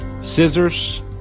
scissors